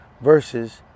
versus